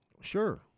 Sure